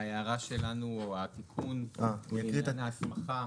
ההערה שלנו, התיקון לעניין ההסמכה